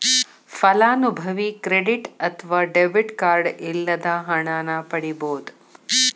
ಫಲಾನುಭವಿ ಕ್ರೆಡಿಟ್ ಅತ್ವ debit card ಇಲ್ಲದ ಹಣನ ಪಡಿಬೋದ್